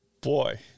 boy